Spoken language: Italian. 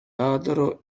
ladro